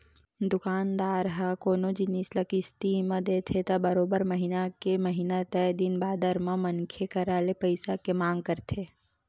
दुकानदार ह कोनो जिनिस ल किस्ती म देथे त बरोबर महिना के महिना तय दिन बादर म मनखे करा ले पइसा के मांग करथे